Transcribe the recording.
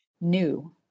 new